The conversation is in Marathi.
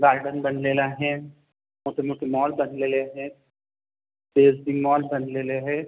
गार्डन बनलेला आहे मोठे मोठे मॉल बनलेले आहेत ते एसी मॉल बनलेलेहेत